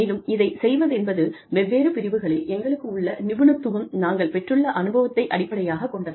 மேலும் இதைச் செய்வதென்பது வெவ்வேறு பிரிவுகளில் எங்களுக்கு உள்ள நிபுணத்துவம் நாங்கள் பெற்றுள்ள அனுபவத்தை அடிப்படையாக கொண்டது